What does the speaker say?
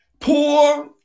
poor